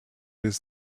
his